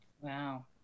Wow